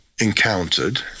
encountered